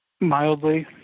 mildly